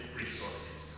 resources